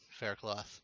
Faircloth